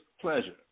pleasure